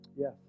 Yes